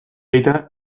aita